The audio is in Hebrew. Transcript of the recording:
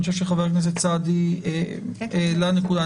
אני חושב שחבר הכנסת סעדי העלה נקודה.